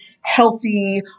healthy